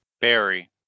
Barry